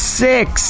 six